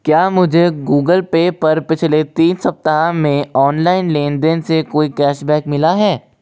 क्या मुझे Google Pay पर पिछले तीन सप्ताह में ऑनलाइन लेनदेन से कोई कैशबैक मिला है